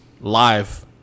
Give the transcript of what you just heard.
live